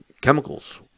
chemicals